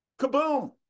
kaboom